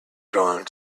gone